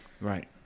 Right